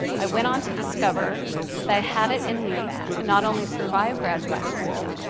i went on to discover that i had it in me to not only survive graduate school,